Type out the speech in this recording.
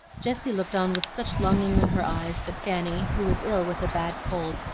jessie looked on with such longing in her eyes that fanny, who was ill with a bad cold,